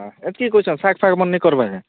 ଏତ୍କି କରିଛନ୍ ଶାଗ୍ ଶାଗ୍ମାନେ କର୍ବାର କାଏଁ